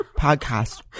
podcast